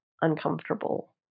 uncomfortable